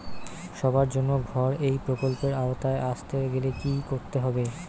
সবার জন্য ঘর এই প্রকল্পের আওতায় আসতে গেলে কি করতে হবে?